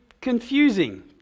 confusing